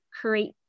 create